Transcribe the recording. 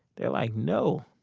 they're like, no.